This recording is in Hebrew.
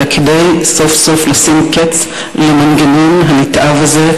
אלא כדי סוף-סוף לשים קץ למנגנון הנתעב הזה,